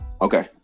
Okay